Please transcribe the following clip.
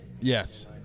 Yes